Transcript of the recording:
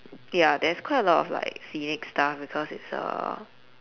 ya there's quite a lot of like scenic stuff because it's a